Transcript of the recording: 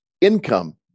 income